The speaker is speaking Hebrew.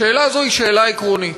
השאלה הזאת היא שאלה עקרונית,